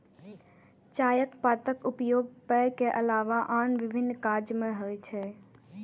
चायक पातक उपयोग पेय के अलावा आन विभिन्न काज मे होइ छै